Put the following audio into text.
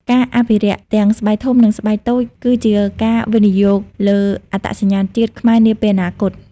ការអភិរក្ស ទាំងស្បែកធំនិងស្បែកតូចគឺជាការវិនិយោគលើ អត្តសញ្ញាណជាតិ ខ្មែរនាពេលអនាគត។